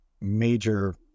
major